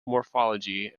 morphology